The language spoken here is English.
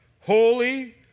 Holy